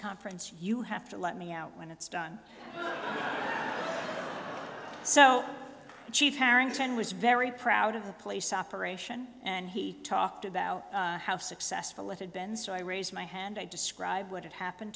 conference you have to let me out when it's done so chief harrington was very proud of the police operation and he talked about how successful it had been so i raised my hand i described what had happened